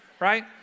right